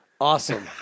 Awesome